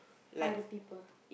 other people